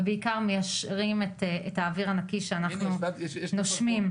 ובעיקר את האוויר הנקי שאנחנו נושמים.